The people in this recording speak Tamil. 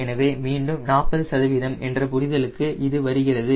எனவே மீண்டும் 40 என்ற புரிதலுக்கு இது வருகிறது